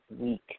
week